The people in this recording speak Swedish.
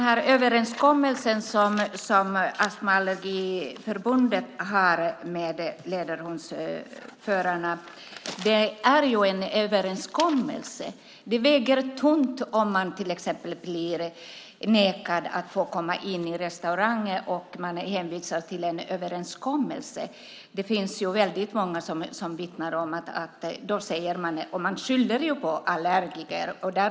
Herr talman! Astma och Allergiförbundet har en överenskommelse med Sveriges Ledarhundsförare. Det väger tungt om man till exempel blir nekad att få komma in på en restaurang och är hänvisad till en överenskommelse. Det finns väldigt många som vittnar om att man skyller på allergiker.